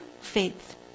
faith